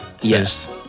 yes